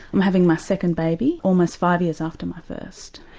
i'm having my second baby almost five years after my first.